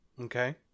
Okay